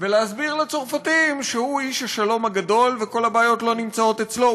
ולהסביר לצרפתים שהוא איש השלום הגדול וכל הבעיות לא נמצאות אצלו,